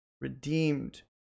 redeemed